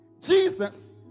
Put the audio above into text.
Jesus